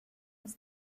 was